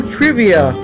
Trivia